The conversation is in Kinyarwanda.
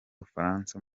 bufaransa